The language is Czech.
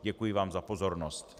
Děkuji vám za pozornost.